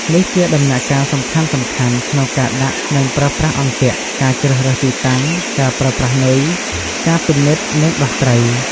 នេះជាដំណាក់កាលសំខាន់ៗក្នុងការដាក់និងប្រើប្រាស់អន្ទាក់ ការជ្រើសរើសទីតាំង ការប្រើប្រាស់នុយ ការពិនិត្យនិងដោះត្រី។